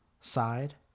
side